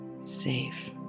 safe